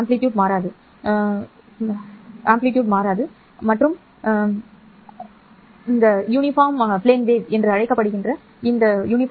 அறிவு வீச்சு மாறாது அதனால்தான் இது ஒரு சீரான விமான அலை என அழைக்கப்படுகிறது சரி